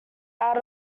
out